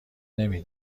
نمی